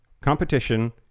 competition